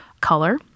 color